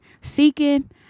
Seeking